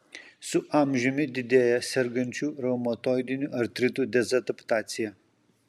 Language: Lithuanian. su amžiumi didėja sergančių reumatoidiniu artritu dezadaptacija